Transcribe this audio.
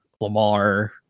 Lamar